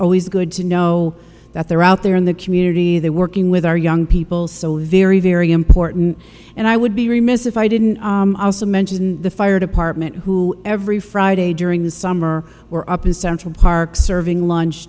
always good to know that they're out there in the community there working with our young people so very very important and i would be remiss if i didn't also mention the fire department who every friday during the summer we're up in central park serving lunch